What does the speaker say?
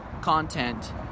content